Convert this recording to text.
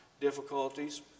difficulties